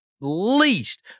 least